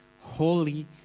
holy